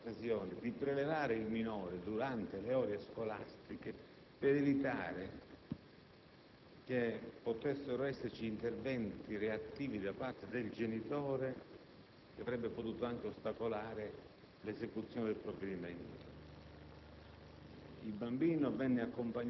Si è ritenuto, in questa occasione, di prelevare il minore durante le ore scolastiche per evitare che potessero esserci interventi reattivi da parte del genitore, che avrebbe potuto anche ostacolare l'esecuzione del provvedimento.